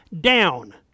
down